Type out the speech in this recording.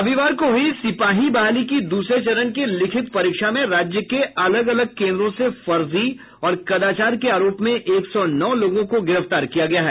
रविवार को हुई सिपाही बहाली की दूसरे चरण की लिखित परीक्षा में राज्य के अलग अलग केन्द्रों से फर्जी और कदाचार के आरोप में एक सौ नौ लोगों को गिरफ्तार किया गया है